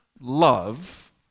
love